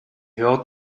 hört